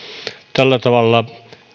tällä tavalla